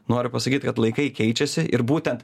noriu pasakyt kad laikai keičiasi ir būtent